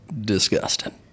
disgusting